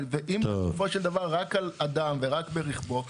ואם בסופו של דבר רק על אדם ורק ברכבו,